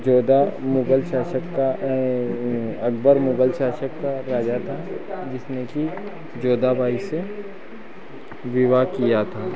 जोधा मुगल शासक था अकबर मुगल शासक था राजा था जिसने की जोधा बाई से विवाह किया था